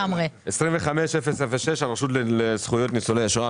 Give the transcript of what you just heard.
פנייה מס' 25-006: הרשות לזכויות ניצולי שואה,